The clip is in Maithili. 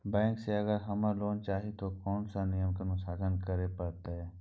बैंक से अगर हमरा लोन चाही ते कोन सब नियम के अनुसरण करे परतै?